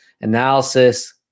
analysis